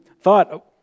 thought